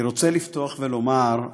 אני רוצה לפתוח ולומר,